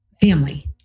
family